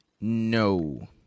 no